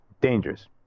Dangerous